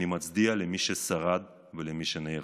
אני מצדיע למי ששרד ולמי שנהרג.